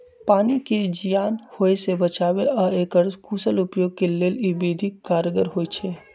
पानी के जीयान होय से बचाबे आऽ एकर कुशल उपयोग के लेल इ विधि कारगर होइ छइ